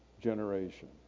generation